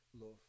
love